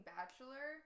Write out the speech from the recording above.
Bachelor